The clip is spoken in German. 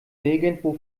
nirgendwo